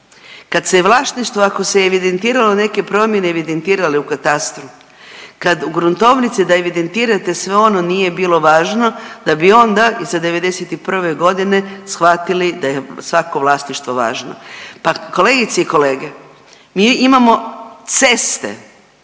kad se vlasništvo ako se je evidentiralo neke promjene evidentirale u katastru, kad u gruntovnici da evidentirate sve ono nije bilo važno da bi onda iza '91. godine shvatili da je svako vlasništvo važno. Pa kolegice i kolege, mi imamo ceste